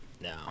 no